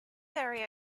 area